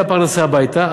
היא הביאה פרנסה הביתה,